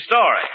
story